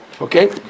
Okay